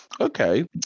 Okay